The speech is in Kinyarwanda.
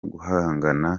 guhangana